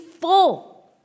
full